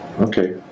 Okay